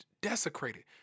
Desecrated